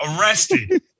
Arrested